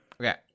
Okay